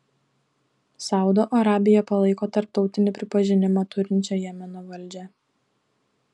saudo arabija palaiko tarptautinį pripažinimą turinčią jemeno valdžią